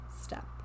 step